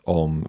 om